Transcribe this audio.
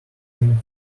team